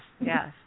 yes